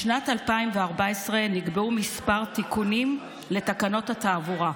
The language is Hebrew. משנת 2014 נקבעו כמה תיקונים לתקנות התעבורה,